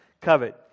covet